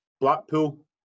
Blackpool